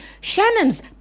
Shannon's